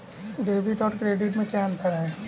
Debit और credit में क्या अंतर है?